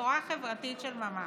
בשורה חברתית של ממש.